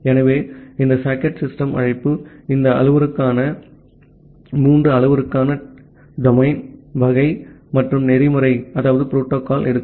ஆகவே இந்த socket system அழைப்பு இந்த அளவுருக்கள் மூன்று அளவுருக்கள் டொமைன் வகை மற்றும் புரோட்டோகால்யை எடுக்கும்